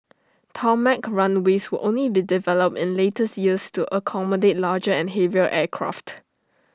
tarmac runways would only be developed in later years to accommodate larger and heavier aircraft